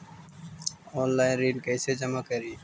Online ऋण कैसे जमा करी?